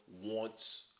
wants